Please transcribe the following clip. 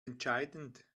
entscheidend